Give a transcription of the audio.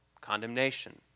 Condemnation